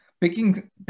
Picking